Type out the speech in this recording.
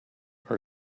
our